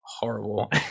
Horrible